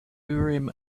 urim